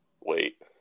Wait